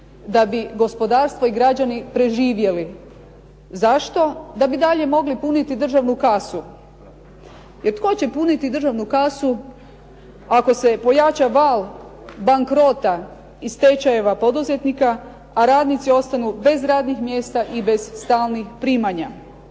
Da bi gospodarstvo i građani preživjeli. Zašto? Da bi dalje mogli puniti državnu kasu. Jer tko će puniti državnu kasu ako se pojača val bankrota i stečajeva poduzetnika a radnici ostanu bez radnih mjesta i bez stalnih primanja?